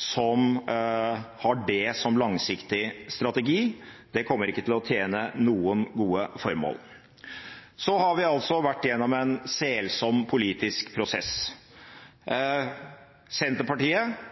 som har det som langsiktig strategi. Det kommer ikke til å tjene noen gode formål. Vi har vært gjennom en selsom politisk prosess. Senterpartiet inntar en holdning til den delen av norsk natur som heter ulv, som er internasjonalt eksepsjonell, og Senterpartiet